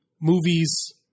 movies